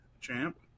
Champ